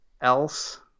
else